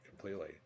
completely